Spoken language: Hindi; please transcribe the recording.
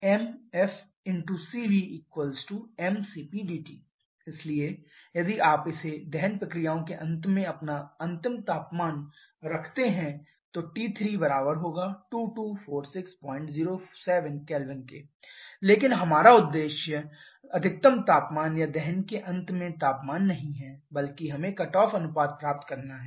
mfCVmcpdT इसलिए यदि आप इसे दहन प्रक्रियाओं के अंत में अपना अंतिम तापमान रखते हैं T3 224607 K लेकिन हमारा उद्देश्य अधिकतम तापमान या दहन के अंत में तापमान नहीं है बल्कि हमें कट ऑफ अनुपात प्राप्त करना है